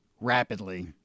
rapidly